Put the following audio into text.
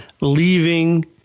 leaving